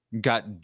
Got